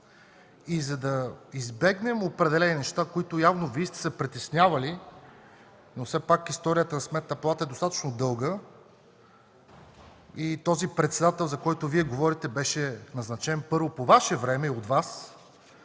За да избегнем определени неща, за които явно Вие сте се притеснявали, все пак историята на Сметната палата е достатъчно дълга и този председател, за който Вие говорите, беше назначен първо по Ваше време от Вас,